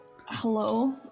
Hello